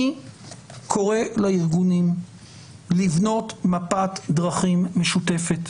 אני קורא לארגונים לבנות מפת דרכים משותפת,